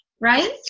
right